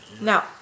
Now